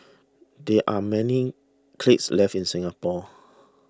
there are many kilns left in Singapore